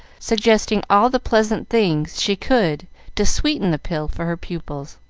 suggesting all the pleasant things she could to sweeten the pill for her pupils,